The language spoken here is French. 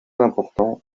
important